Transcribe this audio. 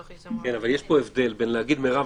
תוך ..."--- אבל יש פה הבדל בין להגיד "מירב